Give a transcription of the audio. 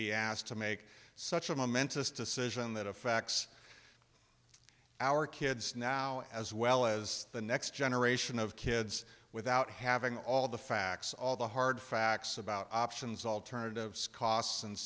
be asked to make such a momentous decision that affects our kids now as well as the next generation of kids without having all the facts all the hard facts about options alternative scots and